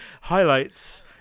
Highlights